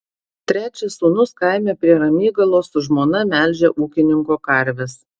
trečias sūnus kaime prie ramygalos su žmona melžia ūkininko karves